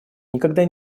никогда